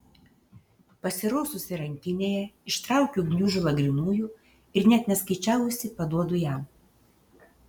pasiraususi rankinėje ištraukiu gniužulą grynųjų ir net neskaičiavusi paduodu jam